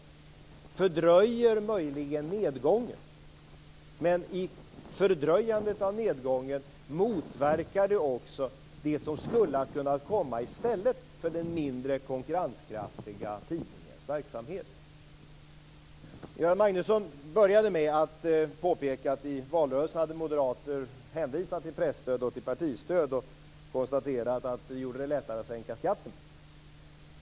Det fördröjer möjligen nedgången, men i fördröjandet av nedgången motverkar det också det som skulle ha kunnat komma i stället för den mindre konkurrenskraftiga tidningens verksamhet. Göran Magnusson började med att påpeka att i valrörelsen hade moderater hänvisat till presstöd och partistöd och konstaterat att det gjorde det lättare att sänka skatten.